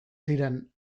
ziren